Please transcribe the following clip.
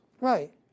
Right